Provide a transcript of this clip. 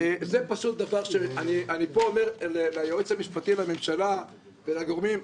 זה פשוט דבר אני פה אומר ליועץ המשפטי לממשלה ולגורמים,